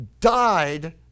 died